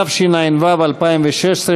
התשע"ו 2016,